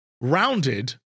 rounded